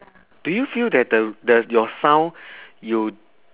do you feel that the the your sound you